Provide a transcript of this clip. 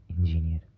engineer